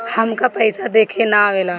हमका पइसा देखे ना आवेला?